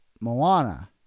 Moana